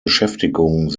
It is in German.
beschäftigung